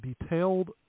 detailed